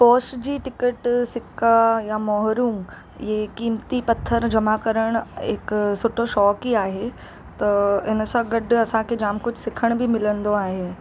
पोश जी टिकट सिका या मोहरूं इहे कीमती पथर जमा करण हिक सुठो शौक़ु ई आहे त इनसां गॾु असांखे जाम कुझु सिखण बि मिलंदो आहे